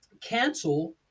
cancel